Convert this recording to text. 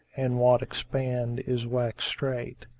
and what expanded is wax strait.